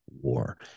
war